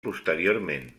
posteriorment